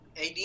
AD